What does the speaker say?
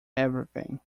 everything